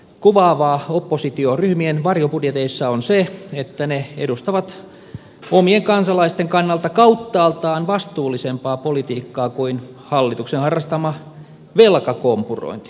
kuvaavaa oppositioryhmien varjobudjeteissa on se että ne edustavat omien kansalaisten kannalta kauttaaltaan vastuullisempaa politiikkaa kuin hallituksen harrastama velkakompurointi